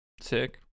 Sick